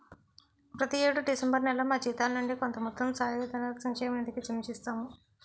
ప్రతి యేడు డిసెంబర్ నేలలో మా జీతాల నుండి కొంత మొత్తం సాయుధ దళాల సంక్షేమ నిధికి జమ చేస్తాము